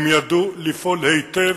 הם ידעו לפעול היטב,